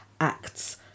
acts